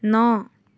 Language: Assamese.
ন